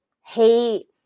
hate